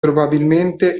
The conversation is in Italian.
probabilmente